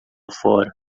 fora